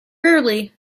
rarely